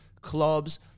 clubs